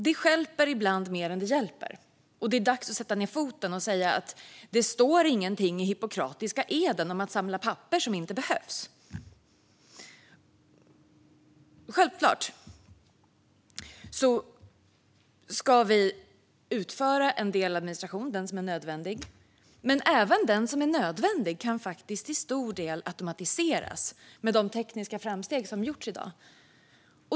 Det stjälper ibland mer än det hjälper. Det är dags att sätta ned foten och säga: Det står ingenting i den hippokratiska eden om att samla papper som inte behövs. Vi ska självklart utföra en del administration, den som är nödvändig. Men även den som är nödvändig kan faktiskt till stor del automatiseras med de tekniska framsteg som gjorts i dag.